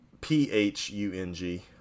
P-H-U-N-G